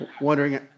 wondering